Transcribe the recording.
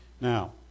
Now